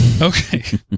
Okay